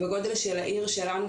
בגודל של העיר שלנו,